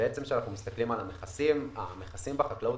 כשאנחנו מסתכלים על המכסים המכסים בחקלאות